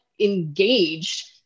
engaged